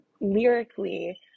lyrically